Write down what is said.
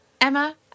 Emma